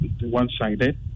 one-sided